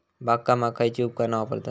बागकामाक खयची उपकरणा वापरतत?